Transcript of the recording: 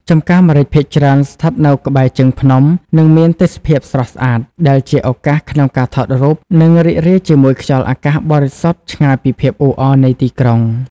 ចម្ការម្រេចភាគច្រើនស្ថិតនៅក្បែរជើងភ្នំ និងមានទេសភាពស្រស់ស្អាត ដែលជាឱកាសក្នុងការថតរូប និងរីករាយជាមួយខ្យល់អាកាសបរិសុទ្ធ ឆ្ងាយពីភាពអ៊ូអរនៃទីក្រុង ។